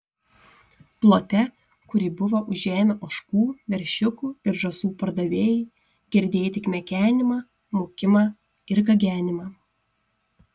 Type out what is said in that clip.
plote kurį buvo užėmę ožkų veršiukų ir žąsų pardavėjai girdėjai tik mekenimą mūkimą ir gagenimą